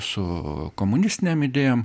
su komunistinėm idėjom